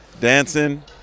dancing